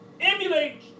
emulate